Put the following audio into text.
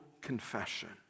confession